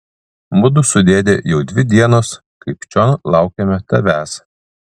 mudu su dėde jau dvi dienos kaip čion laukiame tavęs